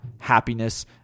happiness